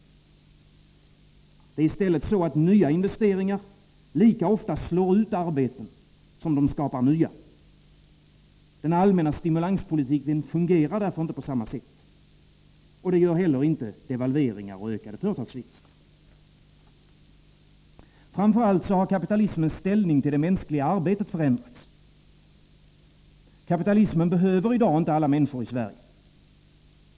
Nya investeringar slår i stället lika ofta ut arbeten som de skapar nya. Den allmänna stimulanspolitiken fungerar därför inte på samma sätt. Det gör heller inte devalveringar och ökade företagsvinster. Framför allt har kapitalismens ställning i förhållande till det mänskliga arbetet förändrats. Kapitalismen behöver i dag inte alla människor i Sverige.